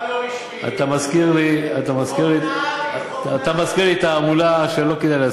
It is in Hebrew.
אבל למה להדיר את החרדים?